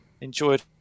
enjoyed